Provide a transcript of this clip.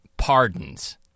pardons